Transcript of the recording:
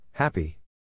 Happy